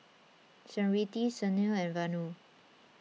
Smriti Sunil and Vanu